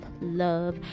love